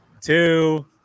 two